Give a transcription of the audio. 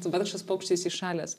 vargšas paukštis įšalęs